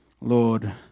Lord